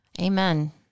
amen